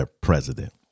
president